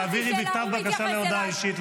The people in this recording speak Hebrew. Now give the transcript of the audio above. אם תרצי, תעבירי בכתב בקשה להודעה אישית.